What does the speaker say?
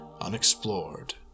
unexplored